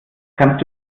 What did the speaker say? kannst